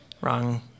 wrong